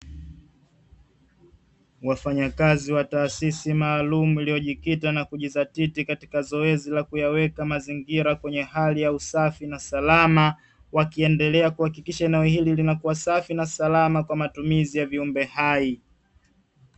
Wafanyakazi wa taasisi maalumu iliyojikita na kujizatiti katika zoezi la kuyaweka mazingira kwenye hali ya usafi na salama, wakiendelea kuhakikisha eneo hili linakuwa safi na salama, kwa matumizi ya viumbe hai.